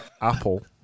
Apple